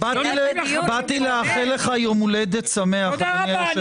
באתי לאחל לך יום הולדת שמח, אדוני היושב-ראש.